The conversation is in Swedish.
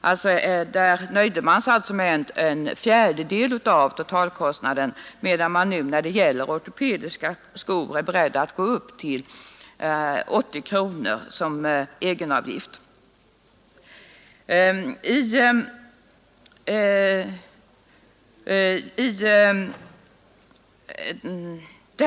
Då nöjde man sig alltså med att begära en fjärdedel av totalkostnaden för handikapphjälpmedlen, medan man nu är beredd att gå ända upp till 80 kronor i egenavgift för ortopediska skor.